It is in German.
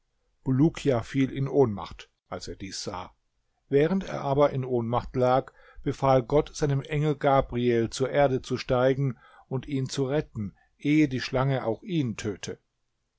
bulukia fiel in ohnmacht als er dies sah während er aber in ohnmacht lag befahl gott seinem engel gabriel zur erde zu steigen und ihn zu retten ehe die schlange auch ihn töte